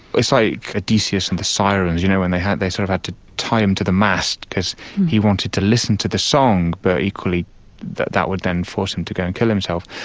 it's like odysseus and the sirens, you know, when they had they sort of had to tie him to the mast because he wanted to listen to the song but equally that that would then force him to go and kill himself.